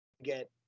Get